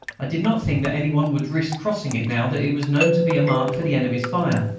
i did not think that any one would risk crossing it now that it was known to be a mark for the enemy's fire,